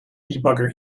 debugger